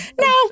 No